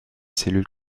cellules